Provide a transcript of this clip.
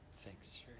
Thanks